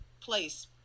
place